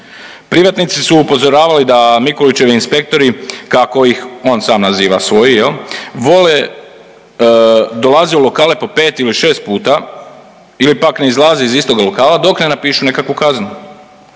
Privatnici su upozoravali da Mikulićevi inspektori kako ih on sam naziva svoji, jel' vole, dolaze u lokale po pet ili šest puta ili pak ne izlaze iz istog lokala dok ne napišu nekakvu kaznu.